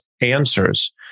answers